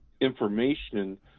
information